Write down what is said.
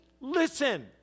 listen